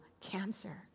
cancer